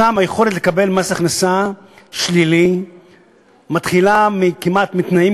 שם היכולת לקבל מס הכנסה שלילי מתחילה מתנאים